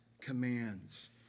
commands